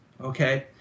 okay